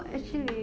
mm